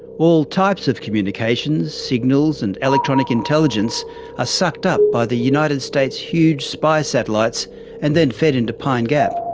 all types of communications, signals and electronic intelligence are ah sucked up by the united states' huge spy satellites and then fed into pine gap.